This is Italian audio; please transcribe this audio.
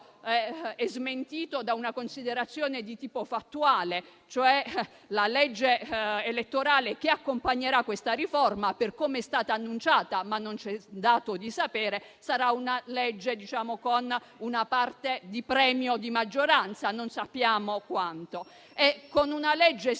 è smentito da una considerazione di tipo fattuale. La legge elettorale, cioè, che accompagnerà questa riforma - per come è stata annunciata, ma non ci è dato di sapere - sarà con una parte di premio di maggioranza (non sappiamo quanto). Con una legge siffatta